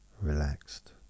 relaxed